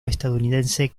estadounidense